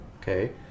okay